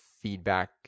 feedback